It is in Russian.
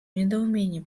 недоумении